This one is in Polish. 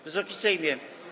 Wysoki Sejmie!